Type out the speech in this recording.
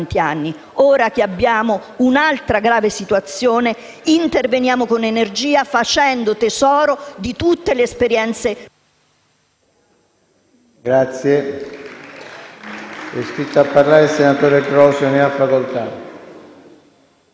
fronte a un'altra grave situazione, interveniamo con energia, facendo tesoro di tutte le nostre esperienze